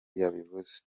yabivuze